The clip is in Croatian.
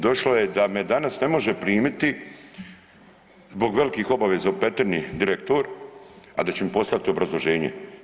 Došlo je da me danas ne može primiti zbog velikih obaveza u Petrinji direktor, a da će mi poslati obrazloženje.